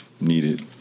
needed